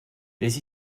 les